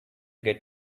get